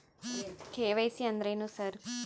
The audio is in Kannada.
ಕೆ.ವೈ.ಸಿ ಅಂದ್ರೇನು ಸರ್?